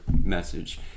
message